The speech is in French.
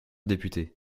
député